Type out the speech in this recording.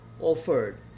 offered